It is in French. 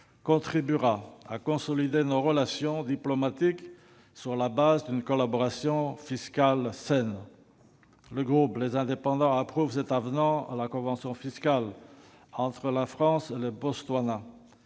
contribuera à consolider nos relations diplomatiques sur le fondement d'une collaboration fiscale saine. Le groupe Les Indépendants approuve cet avenant à la convention fiscale entre la France et le Botswana.